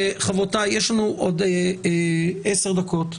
חברותיי, יש לנו עוד עשר דקות,